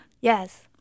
Yes